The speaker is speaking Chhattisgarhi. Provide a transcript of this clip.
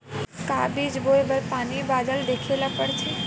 का बीज बोय बर पानी बादल देखेला पड़थे?